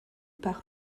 par